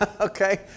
Okay